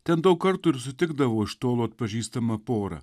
ten daug kartų ir sutikdavau iš tolo atpažįstamą porą